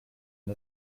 une